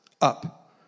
Up